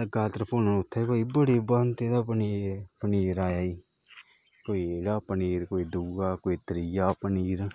लग्गा तरफोन उत्थें कोई बड़ी भांति दा पनीर पनीर आया ई कोई एह्कड़ा पनीर कोई दूआ कोई त्रिया पनीर